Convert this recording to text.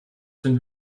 den